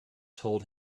told